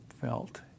felt